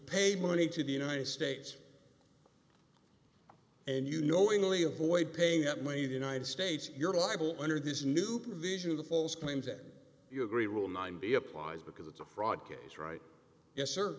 pay money to the united states and you knowingly avoid paying that money the united states you're liable under this new provision of the false claims that you agree will not be applied because it's a fraud case right yes sir